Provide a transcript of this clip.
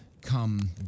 Come